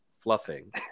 fluffing